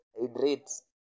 hydrates